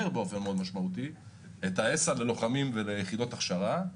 באופן מאוד משמעותי את ההיסע ללוחמים ויחידות הכשרה.